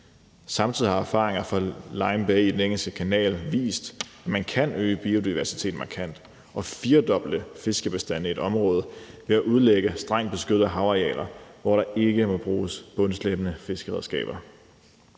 Samtidig har erfaringer fra Lime Bay i Den Engelske Kanal vist, at man kan øge biodiversiteten markant og firedoble fiskebestanden i et område ved at udlægge strengt beskyttede havarealer, hvor der ikke må bruges bundslæbende fiskeredskaber.